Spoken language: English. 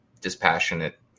dispassionate